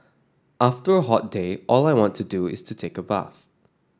after a hot day all I want to do is to take a bath